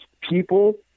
people